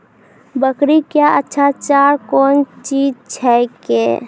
बकरी क्या अच्छा चार कौन चीज छै के?